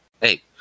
hey